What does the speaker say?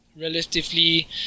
relatively